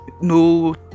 no